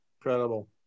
Incredible